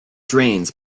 drains